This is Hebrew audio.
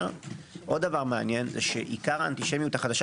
עוד דבר מעניין עיקר האנטישמיות החדשה